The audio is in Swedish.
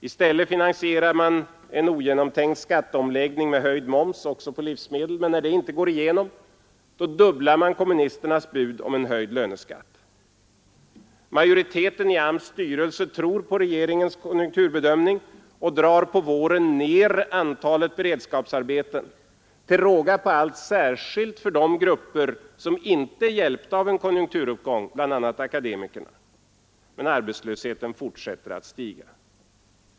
I stället vill man finansiera en ogenomtänkt skatteomläggning med höjd moms också på livsmedel. När det inte går igenom dubblar man kommunisternas bud om en höjd löneskatt. Majoriteten i AMS:s styrelse tror på regeringens konjunkturbedömning och drar på våren ner antalet beredskapsarbeten, till råga på allt särskilt för de grupper som inte är hjälpta av en konjunkturuppgång, bl.a. akademikerna. Men arbetslösheten fortsätter att stiga.